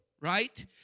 right